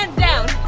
and down.